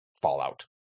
fallout